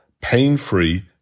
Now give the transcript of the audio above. pain-free